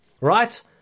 right